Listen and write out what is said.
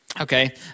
Okay